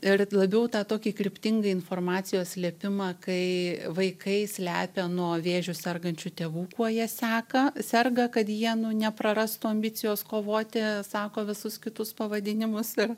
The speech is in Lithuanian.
ir labiau tą tokį kryptingą informacijos slėpimą kai vaikai slepia nuo vėžiu sergančių tėvų kuo jie seka serga kad jie nu neprarastų ambicijos kovoti sako visus kitus pavadinimus ir